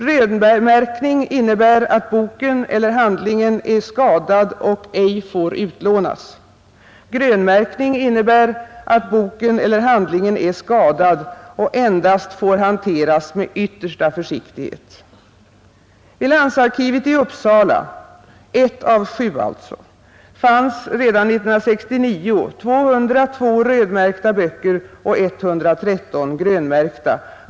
Rödmärkning innebär att boken eller handlingen är skadad och ej får utlånas. Grönmärkning innebär att boken eller handlingen är skadad och endast får hanteras med yttersta försiktighet. Vid landsarkivet i Uppsala, ett av sju alltså, fanns redan 1969 202 rödmärkta böcker och 113 grönmärkta.